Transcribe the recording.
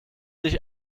dich